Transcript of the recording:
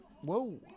Whoa